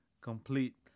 complete